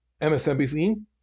MSNBC